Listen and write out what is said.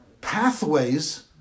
pathways